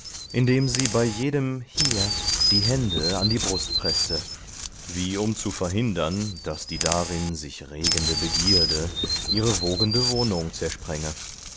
indem sie bei jedem hier die hände an die brust preßte wie um zu verhindern daß die darin sich regende begierde ihre wogende wohnung zersprenge